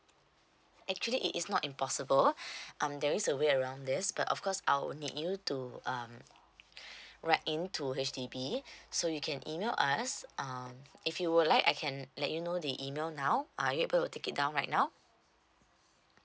actually it is not impossible um there is a way around this uh of course I will need you to um write in to H_D_B so you can email us um if you would like I can let you know the email now are you able to take it down right now